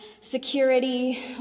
security